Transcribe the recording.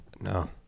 No